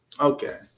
Okay